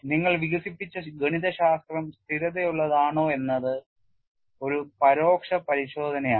നിങ്ങൾ വികസിപ്പിച്ച ഗണിതശാസ്ത്രം സ്ഥിരതയുള്ളതാണോയെന്നത് ഒരു പരോക്ഷ പരിശോധനയാണ്